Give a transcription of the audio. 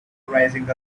rising